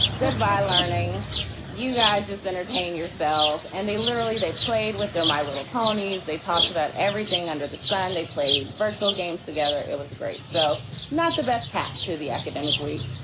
ah goodbye learning you guys just entertain yourselves. and they literally they played with their my little ponies. they talked about everything under the sun. they played virtual games together. it was great. so not the best cat to the academic week,